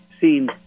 seen